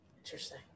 Interesting